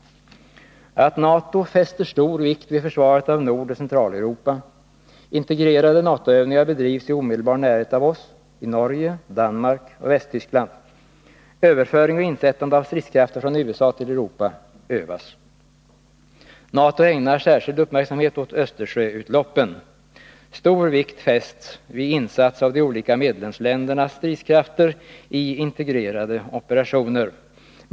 NATO fäster stor vikt vid försvaret av Nordoch Centraleuropa. Integrerade NATO-övningar bedrivs i omedelbar närhet av oss — i Norge, Danmark och Västtyskland. Överföring och insättande av stridskrafter från USA till Europa övas. NATO ägnar särskild uppmärksamhet åt Östersjöutloppen. Stor vikt fästs vid insats av de olika medlemsländernas stridskrafter i integrerade operatio 95 ner.